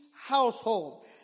household